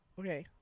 Okay